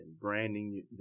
branding